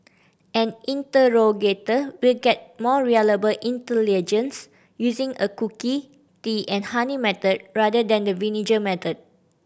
an interrogator will get more reliable intelligence using the cookie tea and honey method rather than the vinegar method